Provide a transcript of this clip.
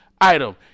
item